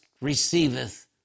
receiveth